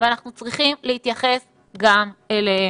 ואנחנו צריכים להתייחס גם אליהם.